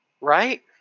Right